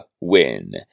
win